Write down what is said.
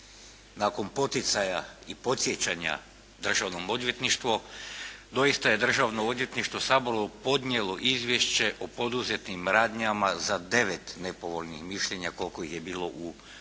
nakon poticaja i podsjećanja Državno odvjetništvo, doista je Državno odvjetništvo Saboru podnijelo izvješće o poduzetim radnjama za devet nepovoljnih mišljenja koliko ih je bilo u prošloj